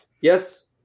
Yes